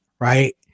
Right